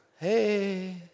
hey